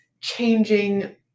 changing